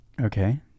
Okay